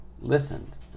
listened